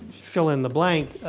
fill in the blank,